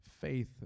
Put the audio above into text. faith